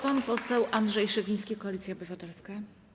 Pan poseł Andrzej Szewiński, Koalicja Obywatelska.